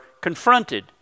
confronted